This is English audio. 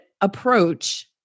approach